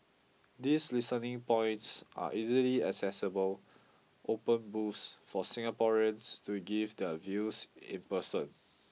these listening points are easily accessible open booths for Singaporeans to give their views in person